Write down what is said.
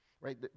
Right